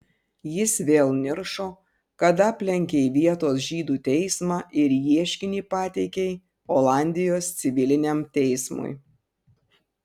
jis vėl niršo kad aplenkei vietos žydų teismą ir ieškinį pateikei olandijos civiliniam teismui